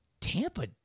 Tampa